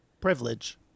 Privilege